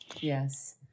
Yes